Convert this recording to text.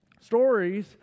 stories